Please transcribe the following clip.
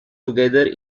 together